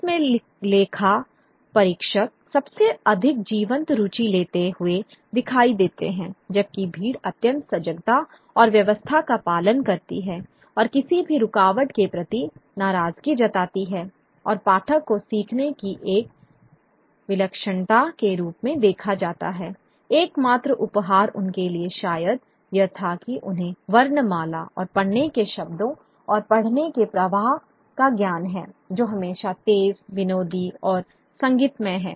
जिसमें लेखा परीक्षक सबसे अधिक जीवंत रुचि लेते हुए दिखाई देते हैं जबकि भीड़ अत्यंत सजगता और व्यवस्था का पालन करती है और किसी भी रुकावट के प्रति नाराजगी जताती है और पाठक को सीखने की एक विलक्षणता के रूप में देखा जाता है एकमात्र उपहार उनके लिए शायद यह था कि उन्हें वर्णमाला और पढ़ने के शब्दों और पढ़ने के प्रवाह का ज्ञान है जो हमेशा तेज विनोदी और संगीतमय है